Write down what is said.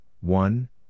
one